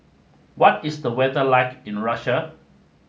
what is the weather like in Russia